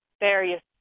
various